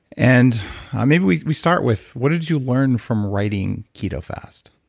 and ah maybe we we start with what did you learn from writing keto fast?